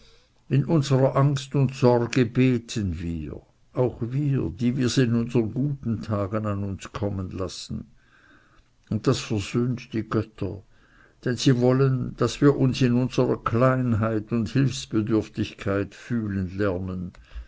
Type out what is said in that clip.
in unserer angst und sorge beten wir auch wir die wir's in unseren guten tagen an uns kommen lassen und das versöhnt die götter denn sie wollen daß wir uns in unserer kleinheit und hilfsbedürftigkeit fühlen lernen